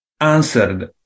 answered